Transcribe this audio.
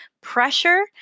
pressure